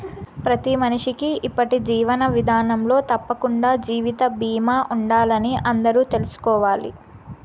ప్రతి మనిషికీ ఇప్పటి జీవన విదానంలో తప్పకండా జీవిత బీమా ఉండాలని అందరూ తెల్సుకోవాలి